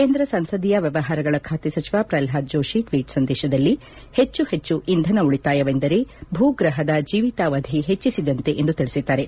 ಕೇಂದ್ರ ಸಂಸದೀಯ ವ್ಯವಹಾರಗಳ ಖಾತೆ ಸಚಿವ ಪ್ರಲ್ನಾದ್ ಜೋಷಿ ಟ್ವೀಟ್ ಸಂದೇಶದಲ್ಲಿ ಹೆಚ್ಚು ಹೆಚ್ಚು ಇಂಧನ ಉಳಿತಾಯವೆಂದರೆ ಭೂಗ್ರಹದ ಜೀವಿತಾವಧಿ ಹೆಚ್ಚಿಸಿದಂತೆ ಎಂದು ತಿಳಿಸಿದ್ದಾರೆ